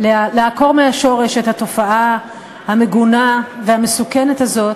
לעקור מהשורש את התופעה המגונה והמסוכנת הזאת,